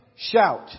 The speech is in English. shout